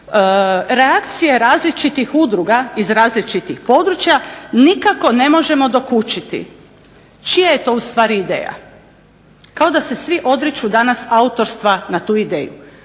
reakcije različitih udruga iz različitih područja nikako ne možemo dokučiti čija je to u stvari ideja kao da se svi odriču danas autorstva na tu ideju.